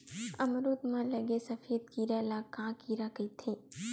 अमरूद म लगे सफेद कीरा ल का कीरा कइथे?